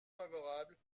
favorable